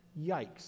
Yikes